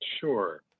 Sure